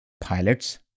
pilots